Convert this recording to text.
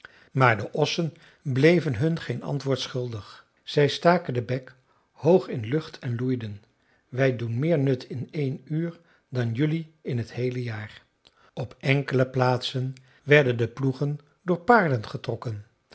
maar de ossen bleven hun geen antwoord schuldig zij staken den bek hoog in lucht en loeiden wij doen meer nut in één uur dan jelui in t heele jaar op enkele plaatsen werden de ploegen door paarden getrokken